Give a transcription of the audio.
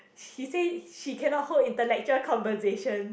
he says she cannot hold intellectual conversation